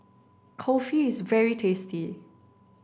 Kulfi is very tasty